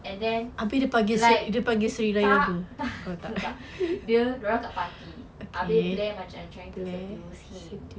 and then like tak dia dia orang dekat party abeh blair macam trying to get him